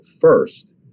first